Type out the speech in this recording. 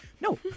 no